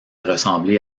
ressembler